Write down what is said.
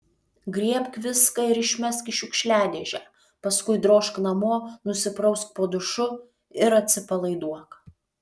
griebk viską ir išmesk į šiukšliadėžę paskui drožk namo nusiprausk po dušu ir atsipalaiduok